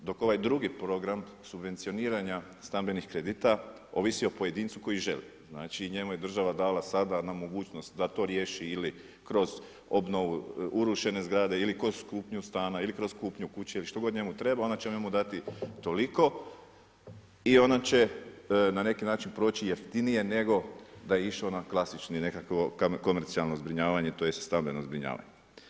Dok ovaj drugi program subvencioniranja stambenih kredita ovisi o pojedincu koji želi, znači njemu je država dala sada na mogućnost da to riješi ili kroz obnovu urušene zgrade ili kroz kupnju stana ili kroz kupnju kuće ili što god njemu trebalo, onda će njemu dati toliko i ona će na neki način proći jeftinije nego da išao na klasično komercijalno zbrinjavanje, tj. stambeno zbrinjavanje.